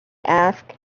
asked